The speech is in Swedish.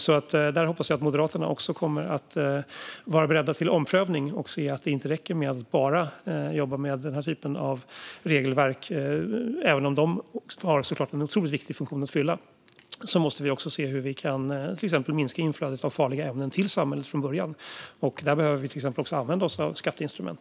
Jag hoppas att Moderaterna kommer att vara beredda till omprövning och se att det inte räcker med att bara jobba med denna typ av regelverk - även om de såklart har en otroligt viktig funktion att fylla måste vi också se hur vi till exempel kan minska inflödet av farliga ämnen till samhället från början. Där behöver vi också använda oss av skatteinstrument.